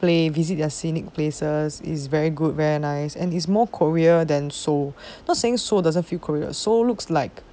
play visit their scenic places is very good very nice and it's more korea than seoul not saying seoul doesn't feel korea seoul looks like